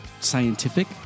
scientific